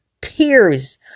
tears